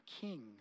king